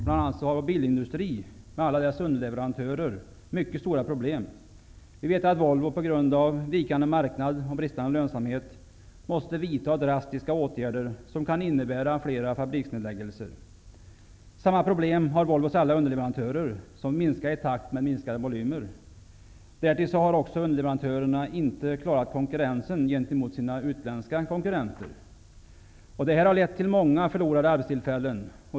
Bl.a. har vår bilindustri med alla dess underleverantörer mycket stora problem. Vi vet att Volvo på grund av vikande marknad och bristande lönsamhet måste vidta drastiska åtgärder som kan innebära flera fabriksnedläggelser. Samma problem har Volvos alla underleverantörer, vars antal minskar i takt med minskande volymer. Därtill har inte underleverantörerna klarat konkurrensen gentemot sina utländska konkurrenter. Detta har lett till många förlorade arbetstillfällen.